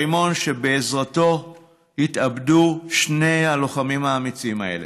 הרימון שבעזרתו התאבדו שני הלוחמים האמיצים האלה.